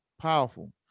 powerful